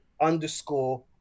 underscore